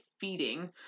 feeding